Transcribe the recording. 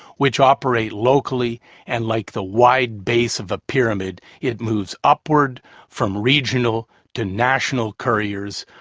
which operate locally and like the wide base of a pyramid it moves upward from regional to national couriers,